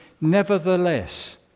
nevertheless